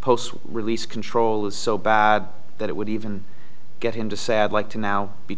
post release control is so bad that it would even get into sad like to now be